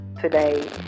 today